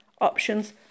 options